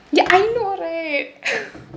ya I know right